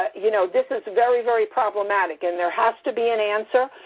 ah you know, this is very, very problematic, and there has to be an answer.